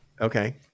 Okay